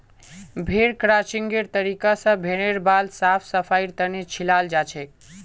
भेड़ क्रचिंगेर तरीका स भेड़ेर बाल साफ सफाईर तने छिलाल जाछेक